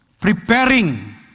preparing